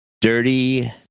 dirty